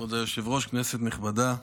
כבוד היושב-ראש, כנסת נכבדה,